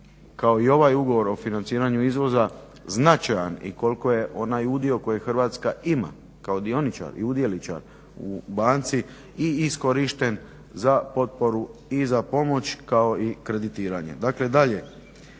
kao i ovaj ugovor o financiranju izvoza značajan i koliko je onaj udio koji Hrvatska ima kao dioničar i udjeličar u banci i iskorišten za potporu i za pomoć, kao i kreditiranje. Dakle dalje,